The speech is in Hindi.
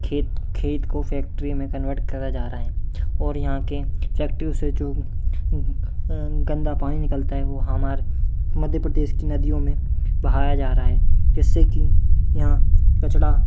खेत खेत को फ़ैक्ट्री में कन्वर्ट करा जा रहा हैं और यहाँ के फ़ैक्ट्रियों से जो गंदा पानी निकलता है वो हमार मध्य प्रदेश की नदियों में बहाया जा रहा है जिससे कि यहाँ कचड़ा